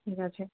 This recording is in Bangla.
ঠিক আছে